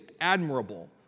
admirable